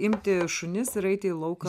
imti šunis ir eiti į lauką